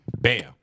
bam